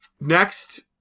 next